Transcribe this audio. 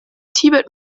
tibet